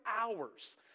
hours